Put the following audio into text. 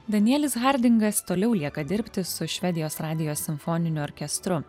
danielius hardingas toliau lieka dirbti su švedijos radijo simfoniniu orkestru